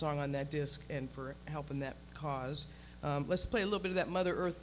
song on that disc and for help in that cause let's play a little bit of that mother earth